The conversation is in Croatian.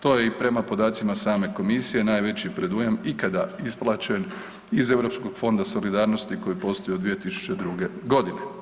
To je i prema podacima same Komisije najveći predujam ikada isplaćen iz Europskog fonda solidarnosti koji postoji od 2002. godine.